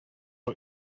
are